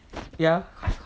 ya